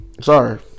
sorry